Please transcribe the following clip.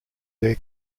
their